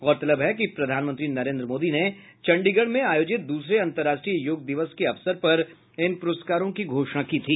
गौरतलब है कि प्रधानमंत्री नरेंद्र मोदी ने चंडीगढ़ में आयोजित दूसरे अंतर्राष्ट्रीय योग दिवस के अवसर पर इन पुरस्कारों की घोषणा की थी